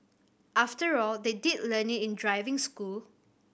after all they did learn in driving school